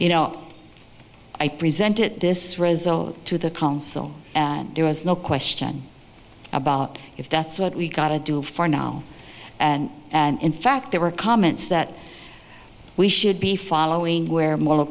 you know i presented this result to the council there was no question about if that's what we got to do for now and in fact there were comments that we should be following where moral